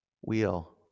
Wheel